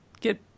get